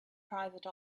private